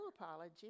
apology